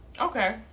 okay